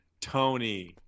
tony